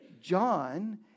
John